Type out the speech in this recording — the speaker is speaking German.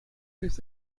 des